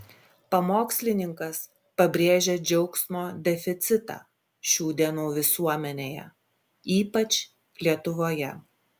pamokslininkas pabrėžė džiaugsmo deficitą šių dienų visuomenėje ypač lietuvoje